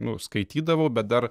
nu skaitydavau bet dar